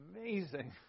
amazing